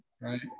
right